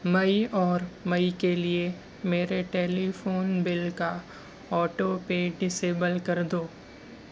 مئی اور مئی کے لیے میرے ٹیلی فون بل کا آٹو پے ڈسیبل کر دو